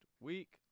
week